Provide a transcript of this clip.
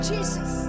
Jesus